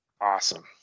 awesome